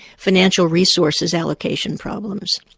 financial resources allocation problems.